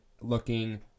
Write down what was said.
looking